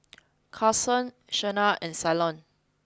Carsen Shena and Ceylon